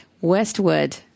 Westwood